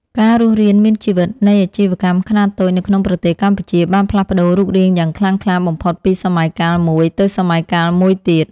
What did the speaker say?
ការរស់រានមានជីវិតនៃអាជីវកម្មខ្នាតតូចនៅក្នុងប្រទេសកម្ពុជាបានផ្លាស់ប្តូររូបរាងយ៉ាងខ្លាំងក្លាបំផុតពីសម័យកាលមួយទៅសម័យកាលមួយទៀត។